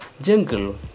jungle